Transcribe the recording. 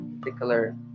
particular